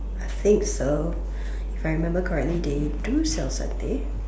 I think so if I remember correctly they do sell satin